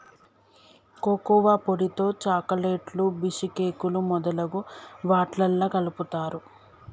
cocoa పొడితో చాకోలెట్లు బీషుకేకులు మొదలగు వాట్లల్లా కలుపుతారు